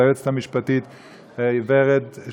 וליועצת המשפטית ורד,